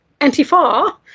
Antifa